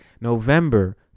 november